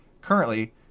currently